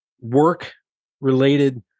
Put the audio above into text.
work-related